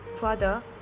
Father